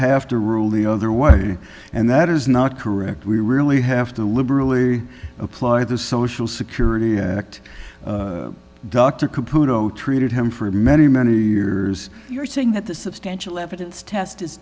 have to rule the other way and that is not correct we really have to liberally apply the social security act dr kapono treated him for many many years you're saying that the substantial evidence test is